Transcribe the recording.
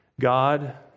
God